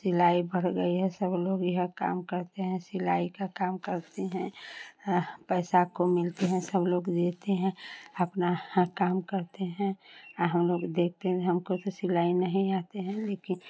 सिलाई गई है सब लोग यह काम करते हैं सिलाई का काम करते हैं आ पैसा खूब मिलते हैं सब लोग देते हैं अपना ह काम करते हैं आ हम लोग देखते हैं हमको तो सिलाई नहीं आते हैं लेकिन